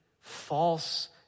false